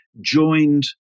joined